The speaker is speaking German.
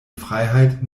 freiheit